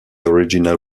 original